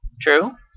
True